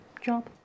job